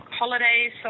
holidays